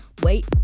Wait